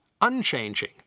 unchanging